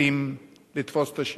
לאסלאמיסטים לתפוס את השלטון.